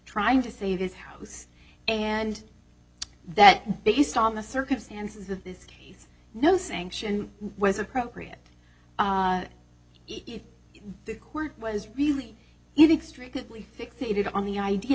trying to save his house and that based on the circumstances of this case no sanction was appropriate if they were what is really you think strictly fixated on the idea